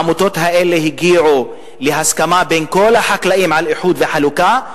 העמותות האלה הביאו להסכמה בין כל החקלאים על איחוד וחלוקה,